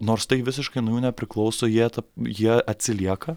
nors tai visiškai nuo jų nepriklauso jie jie atsilieka